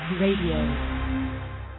Radio